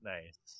Nice